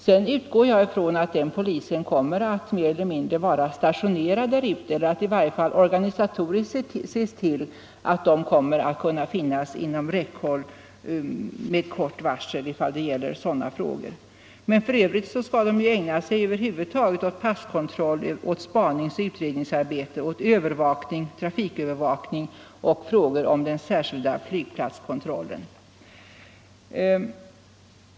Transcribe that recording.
Jag utgår från att en grupp polismän kan komma att stationeras vid exempelvis Arlanda, eller att det i varje fall organisatoriskt ses till att den kommer att finnas inom räckhåll med kort varsel om det blir nödvändigt. För övrigt skall poliserna ägna sig åt passkontroll, spaningsoch utredningsarbete, trafikövervakning och frågor om den särskilda flygplatskontrollen.